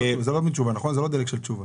זה לא דלק תשובה.